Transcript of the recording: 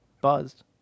buzzed